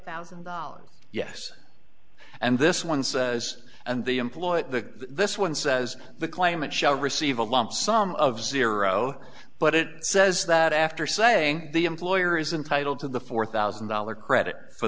thousand dollars yes and this one says and the employer to this one says the claimant shall receive a lump sum of zero but it says that after saying the employer is entitle to the four thousand dollars credit for